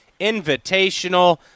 Invitational